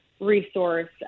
Resource